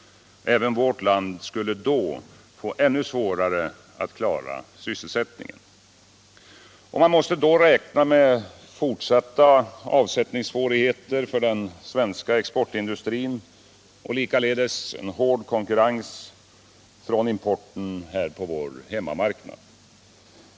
Även vårt land skulle i så fall få ännu svårare att klara sysselsättningen. Man måste räkna med fortsatta avsättningssvårigheter för den svenska exportindustrin och likaledes hård konkurrens från importen på vår hemmamarknad.